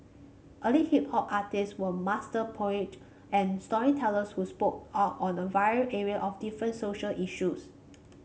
early hip hop artists were master poet and storytellers who spoke out on a very array of different social issues